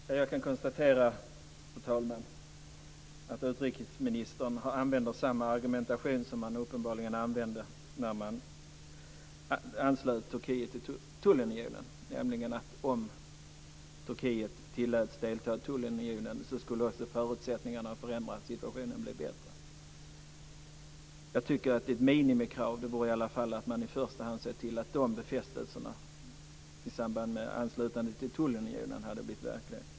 Fru talman! Jag kan konstatera att utrikesministern använder samma argumentation som man uppenbarligen använde när man anslöt Turkiet till tullunionen. Man sade då att om Turkiet tilläts delta i tullunionen, skulle också förutsättningarna förändras och situationen bli bättre. Jag tycker att det åtminstone skulle vara ett minimikrav att se till att utfästelserna i samband med anslutningen till tullunionen hade blivit verklighet.